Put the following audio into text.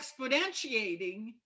exponentiating